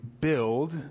build